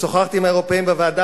כששוחחתי עם האירופים בוועדה,